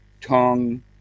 tongue